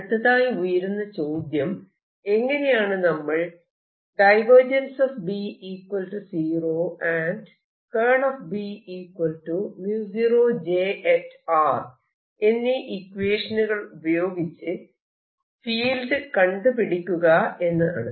അടുത്തതായി ഉയരുന്ന ചോദ്യം എങ്ങനെയാണ് നമ്മൾ എന്നീ ഇക്വേഷനുകൾ ഉപയോഗിച്ച് ഫീൽഡ് കണ്ടുപിടിക്കുക എന്നാണ്